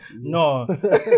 No